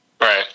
Right